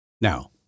Now